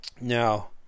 now